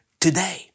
today